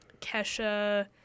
Kesha